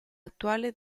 attuale